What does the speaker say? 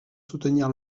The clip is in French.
soutenir